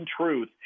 truth